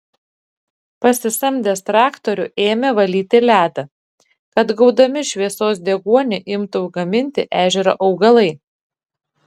pasisamdęs traktorių ėmė valyti ledą kad gaudami šviesos deguonį imtų gaminti ežero augalai